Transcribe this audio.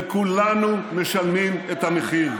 וכולנו משלמים את המחיר.